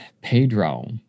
Pedro